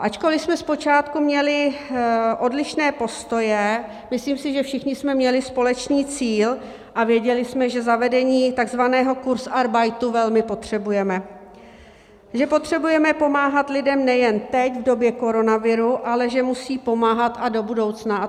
Ačkoliv jsme zpočátku měli odlišné postoje, myslím si, že všichni jsme měli společný cíl a věděli jsme, že zavedení takzvaného kurzarbeitu velmi potřebujeme, že potřebujeme pomáhat lidem nejen teď, v době koronaviru, ale že musí pomáhat i do budoucna.